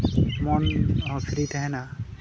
ᱢᱚᱱ ᱦᱚᱸ ᱯᱷᱨᱤ ᱛᱟᱦᱮᱱᱟ